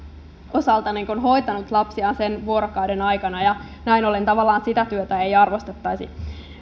osaltaan hoitanut lapsiaan sen vuorokauden aikana ja näin ollen tavallaan sitä työtä ei arvostettaisi